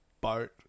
boat